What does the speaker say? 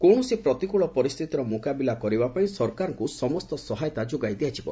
କୌଣସି ପ୍ରତିକୃଳ ପରିସ୍ଥିତିର ମୁକାବିଲା କରିବାପାଇଁ ସରକାରଙ୍କୁ ସମସ୍ତ ସହାୟତା ଯୋଗାଇ ଦିଆଯିବ